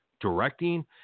directing